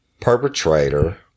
perpetrator